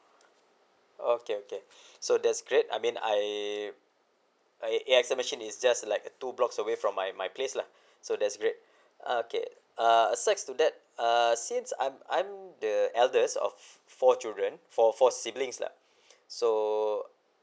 okay okay so that's great I mean I I A_X_S machine is just like a two blocks away from my my place lah so that's great okay uh aside to that err since I'm I'm the eldest of four children for four siblings lah so